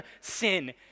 sin